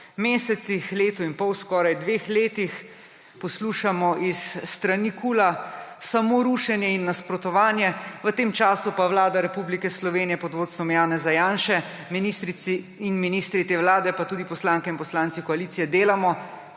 mesecih, letu in pol, skoraj dveh letih poslušamo s strani KUL samo rušenje in nasprotovanje, v tem času pa Vlada Republike Slovenije pod vodstvom Janeza Janše, ministrice in ministri te vlade pa tudi poslanke in poslanci koalicije delamo,